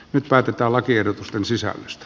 nyt päätetään lakiehdotusten sisällöstä